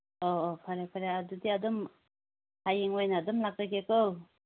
ꯑꯣꯑꯣ ꯐꯔꯦ ꯐꯔꯦ ꯑꯗꯨꯗꯤ ꯑꯗꯨꯝ ꯍꯌꯦꯡ ꯑꯣꯏꯅ ꯑꯗꯨꯝ ꯂꯥꯛꯂꯒꯦꯀꯣ